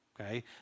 Okay